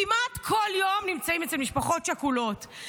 כמעט בכל יום נמצאים אצל משפחות שכולות.